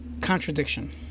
contradiction